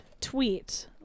tweet